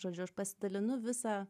žodžiu aš pasidalinu visą